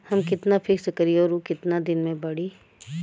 हम कितना फिक्स करी और ऊ कितना दिन में बड़ी?